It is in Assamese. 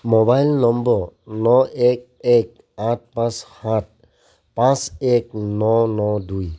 মোবাইল নম্বৰ ন এক এক আঠ পাঁচ সাত পাঁচ এক ন ন দুই